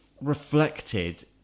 reflected